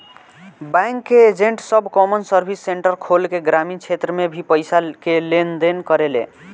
bank के agent सब common service centre खोल के ग्रामीण क्षेत्र में भी पईसा के लेन देन करेले